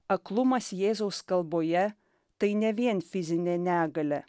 aklumas jėzaus kalboje tai ne vien fizinė negalia